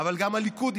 אבל גם הליכוד יצמח,